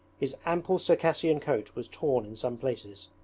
his ample circassian coat was torn in some places,